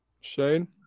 Shane